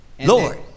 Lord